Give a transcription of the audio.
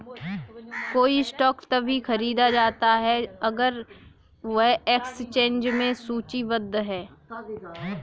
कोई स्टॉक तभी खरीदा जाता है अगर वह एक्सचेंज में सूचीबद्ध है